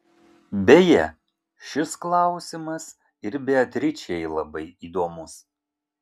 beje šis klausimas ir beatričei labai įdomus